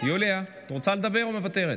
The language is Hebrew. או מוותרת?